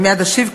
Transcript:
אני מייד אשיב,